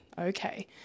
okay